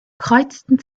kreuzten